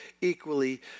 equally